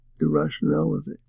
irrationality